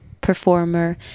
performer